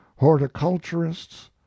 horticulturists